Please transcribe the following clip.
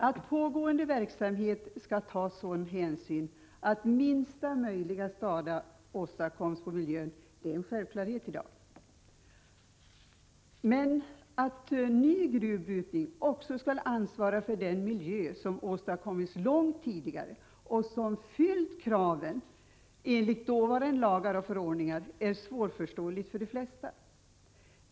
Att pågående verksamhet skall ta sådan hänsyn att minsta möjliga skada åstadkoms på miljön är en självklarhet i dag. Men att ny gruvbrytning också skall ansvara för den miljö som åstadkommits långt tidigare, och som fyllt kraven enligt dåvarande lagar och förordningar, är svårförståeligt för de flesta.